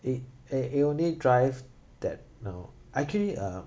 it it it only drive that no actually uh